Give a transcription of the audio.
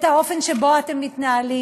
את האופן שבו אתם מתנהלים.